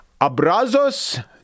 Abrazos